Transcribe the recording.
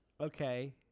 Okay